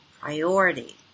priority